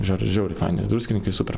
žodžiu žiauriai faini ir druskininkai super